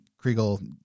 Kriegel